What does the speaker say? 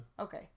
Okay